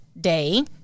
Day